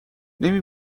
نمی